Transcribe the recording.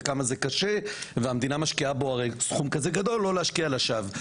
וכמה זה קשה והמדינה משקיעה בו סכום כזה גדול כדי לא להשקיע לשווא.